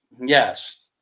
Yes